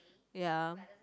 ya